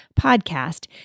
Podcast